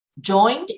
joined